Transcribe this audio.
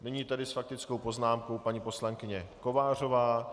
Nyní tedy s faktickou poznámkou paní poslankyně Kovářová.